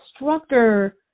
instructor